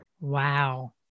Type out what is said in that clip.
Wow